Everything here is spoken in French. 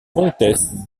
comtesse